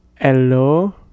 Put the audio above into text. Hello